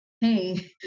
hey